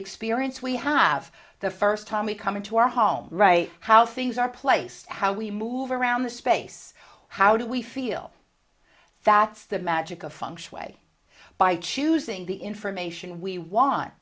experience we have the first time we come into our home right how things are placed how we move around the space how do we feel that's the magic of functionally by choosing the information we want